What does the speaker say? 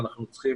אנחנו צריכים